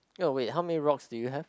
oh wait how many rocks do you have